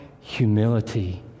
humility